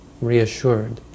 reassured